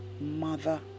mother